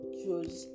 choose